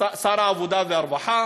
שר העבודה והרווחה